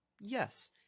Yes